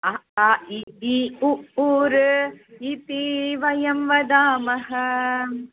अ आ इ ई उ ऊ ऋ इति वयं वदामः